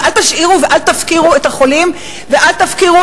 ואל תשאירו ואל תפקירו את החולים ואל תפקירו